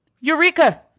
eureka